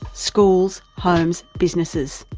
schools, homes, businesses.